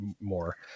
more